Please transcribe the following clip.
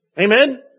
Amen